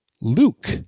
Luke